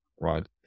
right